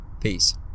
Peace